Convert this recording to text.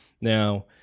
now